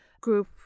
group